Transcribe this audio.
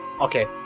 okay